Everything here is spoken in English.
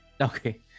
Okay